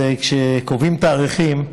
כשקובעים תאריכים,